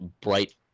bright